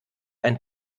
ein